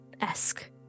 esque